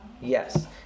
Yes